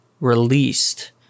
released